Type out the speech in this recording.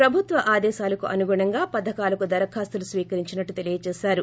ప్రభుత్వ ఆదేశాలకు అనుగుణంగా పథకాలకు దరఖాస్తులు స్పీకరించినట్లు తెలియచేశారు